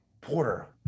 Porter